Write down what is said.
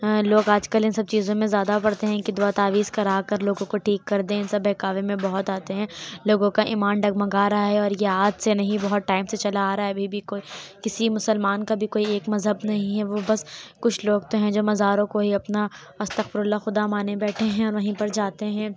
لوگ آج کل ان سب چیزوں میں زیادہ پڑتے ہیں کہ دعا تعویذ کراکر لوگوں کو ٹھیک کردیں سب بہکاوے میں بہت آتے ہیں لوگوں کا ایمان ڈگمگا رہا ہے اور یہ آج سے نہیں بہت ٹائم سے چلا آ رہا ہے ابھی بھی کوئی کسی مسلمان کبھی کوئی ایک مذہب نہیں ہے وہ بس کچھ لوگ تو ہیں جو مزاروں کو ہی اپنا استغفر اللہ خدا مانے بیٹھے ہیں وہیں پر جاتے ہیں